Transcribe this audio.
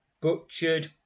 butchered